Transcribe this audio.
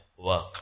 work